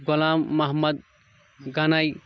Ghulam Mohammad Ganai